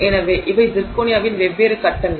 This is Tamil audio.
எனவே இவை சிர்கோனியாவின் வெவ்வேறு கட்டங்கள்